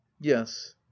yes